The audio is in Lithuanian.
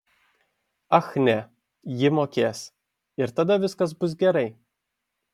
ach ne ji mokės ir tada viskas bus gerai